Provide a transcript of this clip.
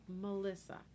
Melissa